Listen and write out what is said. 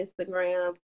Instagram